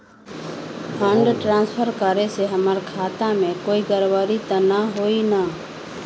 Fund transfer करे से हमर खाता में कोई गड़बड़ी त न होई न?